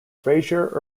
frazer